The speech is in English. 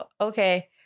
Okay